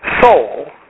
soul